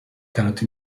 cannot